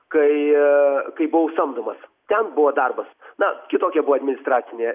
kai kai buvau samdomas ten buvo darbas na kitokia buvo administracinė